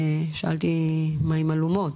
שאלתי, מה עם הלומות?